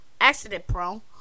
accident-prone